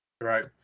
Right